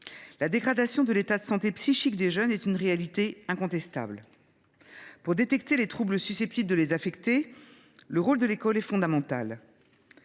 La dégradation de l’état de santé psychique des jeunes est une réalité incontestable. Pour détecter les troubles susceptibles de les affecter, le rôle de l’école est fondamental.